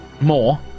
More